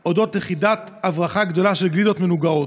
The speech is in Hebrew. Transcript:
על אודות לכידת הברחה גדולה של גלידות נגועות.